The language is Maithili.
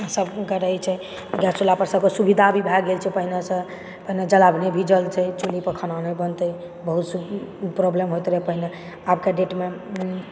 सबके रहै छै गैस चुल्हा पर सभके सुविधा भी भए गेल छै पहिनेसँ जलावनो भी नहि जलतै चुल्ही पर खाना नहि बनतै बहुत प्रॉब्लम होइत रहै पहिने आब के डेटमे